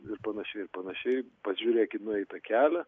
ir panašiai ir panašiai pažiūrėk į nueitą kelią